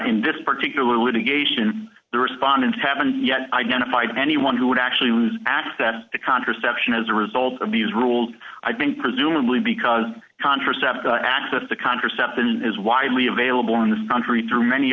in this particular litigation the respondents haven't yet identified anyone who would actually lose access to contraception as a result of these rules i've been presumably because contraception access to contraception is widely available in this country through many